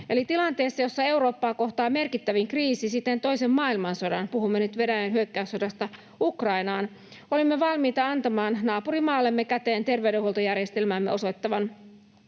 Eli tilanteessa, jossa Eurooppaa kohtaa merkittävin kriisi sitten toisen maailmansodan, puhumme nyt Venäjän hyökkäyssodasta Ukrainaan, olimme valmiita antamaan naapurimaallemme käteen terveydenhuoltojärjestelmäämme osoittavan